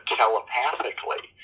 telepathically